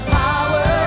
power